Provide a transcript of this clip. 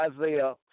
Isaiah